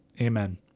Amen